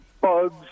bugs